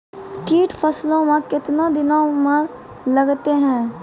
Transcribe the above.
कीट फसलों मे कितने दिनों मे लगते हैं?